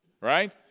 right